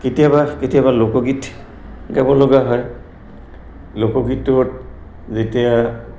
কেতিয়াবা কেতিয়াবা লোকগীত গাব লগা হয় লোকগীতটোত যেতিয়া